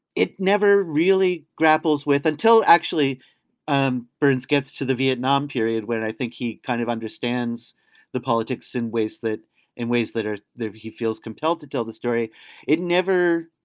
it never really grapples with until it actually um burns gets to the vietnam period when i think he kind of understands the politics in ways that in ways that are there he feels compelled to tell the story it never.